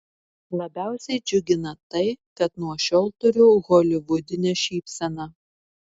labiausiai džiugina tai kad nuo šiol turiu holivudinę šypseną